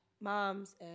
moms